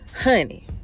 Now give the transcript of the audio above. honey